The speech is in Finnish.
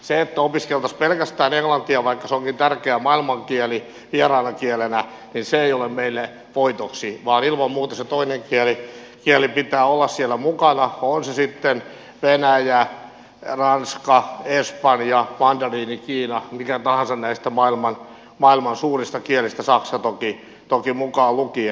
se että opiskeltaisiin pelkästään englantia vaikka se onkin tärkeä maailmankieli vieraana kielenä ei ole meille voitoksi vaan ilman muuta sen toisen kielen pitää olla siellä mukana on se sitten venäjä ranska espanja mandariinikiina mikä tahansa näistä maailman suurista kielistä saksa toki mukaan lukien